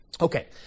okay